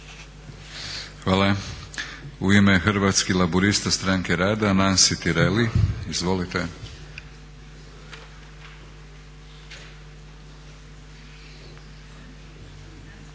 Hvala. U ime Hrvatski laburista-Stranke rada Nansi Tireli. Izvolite.